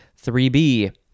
3B